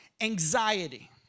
anxiety